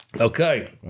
Okay